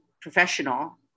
professional